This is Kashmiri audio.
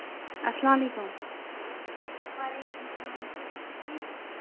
اَسلام وعلیکُم